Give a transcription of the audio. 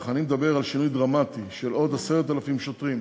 אך אני מדבר על שינוי דרמטי של עוד 10,000 שוטרים.